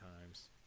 times